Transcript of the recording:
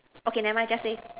okay never mind just say